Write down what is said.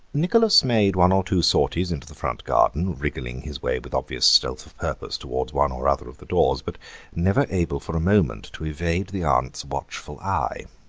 nicholas made one or two sorties into the front garden, wriggling his way with obvious stealth of purpose towards one or other of the doors, but never able for a moment to evade the aunt's watchful eye.